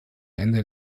ende